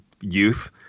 youth